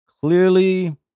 Clearly